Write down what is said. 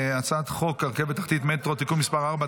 הצעת חוק רכבת תחתית (מטרו) (תיקון מס' 4),